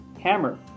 hammer